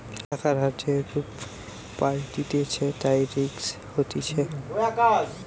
টাকার হার যেহেতু পাল্টাতিছে, তাই রিস্ক হতিছে